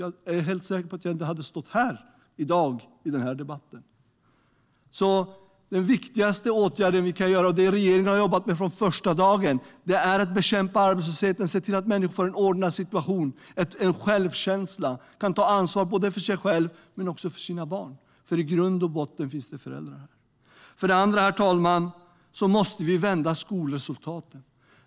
Jag är helt säker på att jag då inte hade stått här i den här debatten i dag. För det första: Det viktigaste vi kan göra och det regeringen har jobbat med från första dagen är att bekämpa arbetslösheten och se till att människor får en ordnad situation, en självkänsla och kan ta ansvar för både sig själva och sina barn, för i grund och botten finns det föräldrar. För det andra måste vi vända skolresultaten.